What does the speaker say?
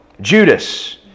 Judas